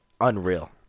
unreal